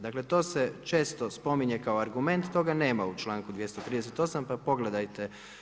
Dakle, to se često spominje kao argument, toga nema u članku 238. pa pogledajte.